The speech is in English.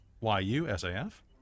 Y-U-S-A-F